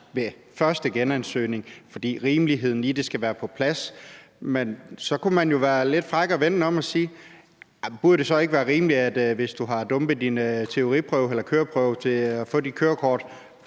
den første genansøgning, fordi rimeligheden i det skal være på plads. Men så kunne man jo være lidt fræk og vende den om og spørge, om det så ikke også, hvis du havde dumpet din teoriprøve eller køreprøve i forhold til at få dit kørekort